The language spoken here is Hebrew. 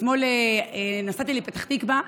אתמול נסעתי לפתח תקווה